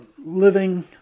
living